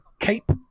cape